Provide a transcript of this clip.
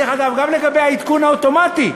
דרך אגב, גם לגבי העדכון האוטומטי,